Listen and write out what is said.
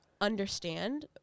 understand